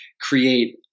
create